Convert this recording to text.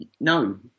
No